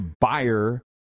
buyer